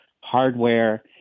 hardware